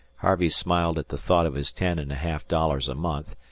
harvey smiled at the thought of his ten and a half dollars a month,